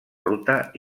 ruta